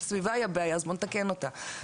הסביבה היא הבעיה אז בוא נתקן אותה.